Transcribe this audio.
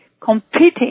competing